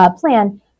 plan